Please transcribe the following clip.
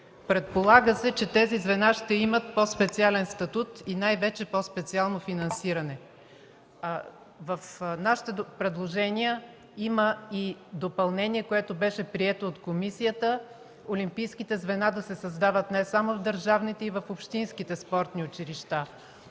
Предполага се, че тези звена ще имат по-специален статут и най-вече по-специално финансиране. В предложенията ни има и допълнение, което беше прието от комисията – олимпийските звена да се създават не само в държавните, но и в общинските спортни училища.